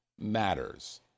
matters